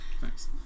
Thanks